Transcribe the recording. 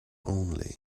only